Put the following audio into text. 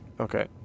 okay